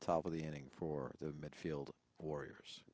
top of the inning for the midfield warriors